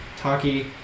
Taki